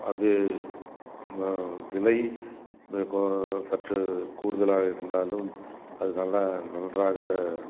அது விலை சற்றுக் கூடுதலாக இருந்தாலும் அது நல்லா நன்றாக